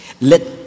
Let